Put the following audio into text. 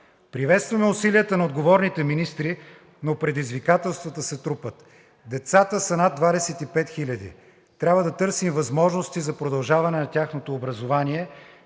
Приветстваме усилията на отговорните министри, но предизвикателствата се трупат. Децата са над 25 000 – трябва да търсим възможности за продължаване на тяхното образование.